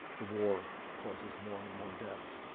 the war causes more and more deaths.